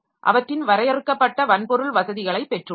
அவற்றின் வரையறுக்கப்பட்ட வன்பொருள் வசதிகளை பெற்றுள்ளோம்